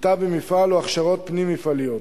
כיתה במפעל או הכשרות פנים-מפעליות,